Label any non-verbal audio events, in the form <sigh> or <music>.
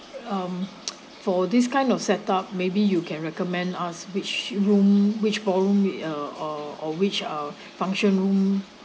um <noise> for this kind of set up maybe you can recommend us which room which ballroom uh or or which uh function room